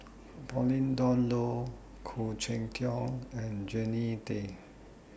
Pauline Dawn Loh Khoo Cheng Tiong and Jannie Tay